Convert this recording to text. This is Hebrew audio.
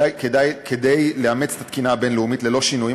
כדי לאמץ את התקינה הבין-לאומית ללא שינויים,